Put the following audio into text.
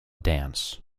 dance